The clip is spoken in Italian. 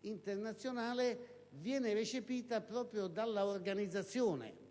internazionale viene recepita proprio dall'organizzazione,